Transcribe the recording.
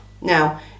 Now